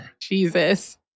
Jesus